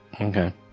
Okay